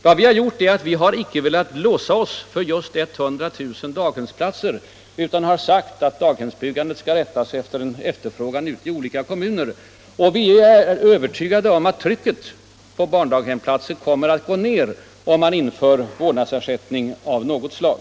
Vad vi har gjort är att vi inte har velat låsa oss för just 100 000 daghemsplatser. Vi har sagt att daghemsbyggandet skall följa efterfrågan ute i olika kommuner. Vi är övertygade om att trycket på daghemsplatser kommer att gå ned om man inför vårdnadsersättning av något slag.